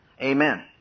Amen